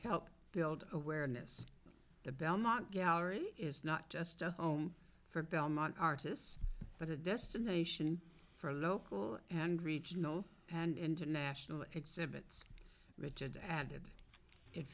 help build awareness the belmont gallery is not just for belmont artists but a destination for local and regional and international exhibits it's added it